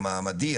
המעמדי,